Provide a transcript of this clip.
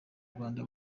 rwanda